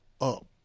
up